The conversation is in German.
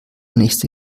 nächste